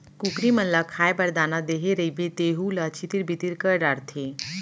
कुकरी मन ल खाए बर दाना देहे रइबे तेहू ल छितिर बितिर कर डारथें